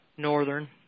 Northern